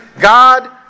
God